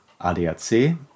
ADAC